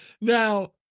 Now